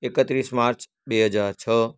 એકત્રીસ માર્ચ બે હજાર છ